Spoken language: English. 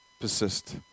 Persist